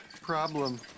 problem